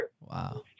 Wow